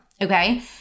Okay